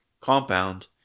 compound